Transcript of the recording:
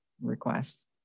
requests